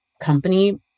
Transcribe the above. company